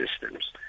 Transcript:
systems